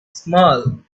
small